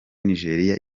nigeria